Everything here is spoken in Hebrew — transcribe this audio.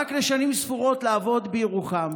ורק לשנים ספורות בא לעבוד בירוחם.